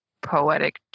poetic